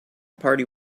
party